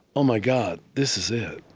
oh my god, this is it.